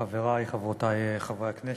חברי וחברותי חברי הכנסת,